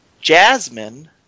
Jasmine